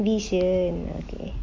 vision okay